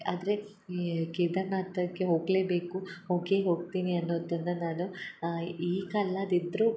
ಆದರೆ ಈ ಕೇದಾರ್ನಾಥಕ್ಕೆ ಹೋಗಲೇಬೇಕು ಹೋಗೇ ಹೋಗ್ತೀನಿ ಅನ್ನೋದನ್ನು ನಾನು ಈಗ ಅಲ್ಲದಿದ್ದರು